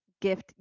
gift